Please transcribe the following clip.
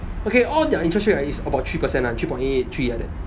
okay all their interest rate ah is about three percent lah three point eight eight three like that